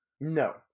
No